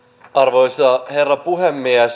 arvoisa herra puhemies